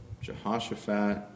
Jehoshaphat